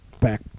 back